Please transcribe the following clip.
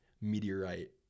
meteorite